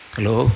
Hello